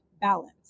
balance